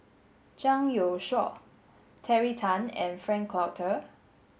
Zhang Youshuo Terry Tan and Frank Cloutier